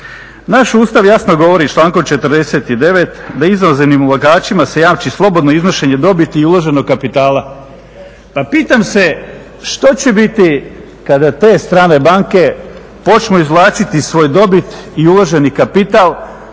Naš Ustav jasno govori člankom 49. da inozemnim ulagačima se jamči slobodno iznošenje dobiti i uloženog kapitala. Pa pitam se što će biti kada te strane banke počnu izvlačiti svoju dobit i uloženi kapital,